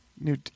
New